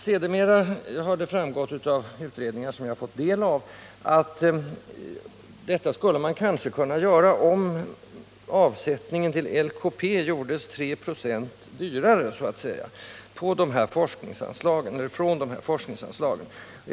Sedermera har det framgått av utredningar, som jag fått del av, att detta kanske skulle kunna vara möjligt, om avsättningen till LKP från de här forskningsanslagen gjordes 3 26 högre än den nu är.